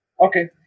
Okay